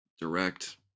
direct